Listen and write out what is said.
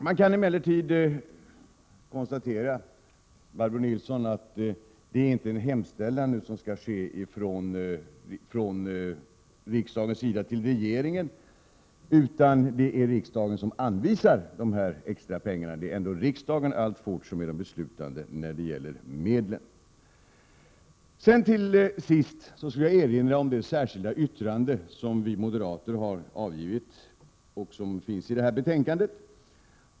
Man kan emellertid konstatera, Barbro Nilsson, att det inte skall ske en hemställan från riksdagen till regeringen, utan det är riksdagen som anvisar dessa extra pengar. Det är ändå riksdagen som alltfort är beslutande när det gäller medlen. Till sist vill jag erinra om det särskilda yttrande som vi moderater har avgivit till detta betänkande.